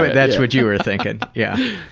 but that's what you were thinking, yeah.